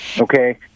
okay